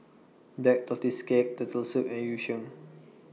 Black Tortoise Cake Turtle Soup and Yu Sheng